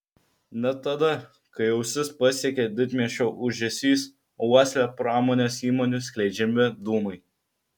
net tada kai ausis pasiekia didmiesčio ūžesys o uoslę pramonės įmonių skleidžiami dūmai